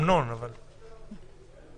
המגבלות שחלות על יכולת החקירה של המשטרה בעניין הזה.